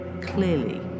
Clearly